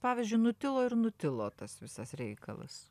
pavyzdžiui nutilo ir nutilo tas visas reikalas